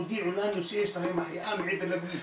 הודיעו לנו שיש להם החייאה מעבר לכביש,